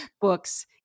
books